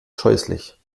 scheußlich